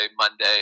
Monday